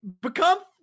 Become